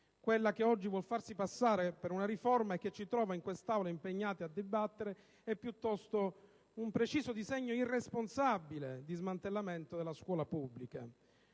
Quella che oggi vuol farsi passare per una riforma, e che ci trova in quest'Aula impegnati a dibattere, è piuttosto un preciso disegno irresponsabile di smantellamento della scuola pubblica.